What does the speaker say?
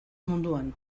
munduan